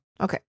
Okay